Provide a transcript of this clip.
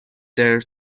their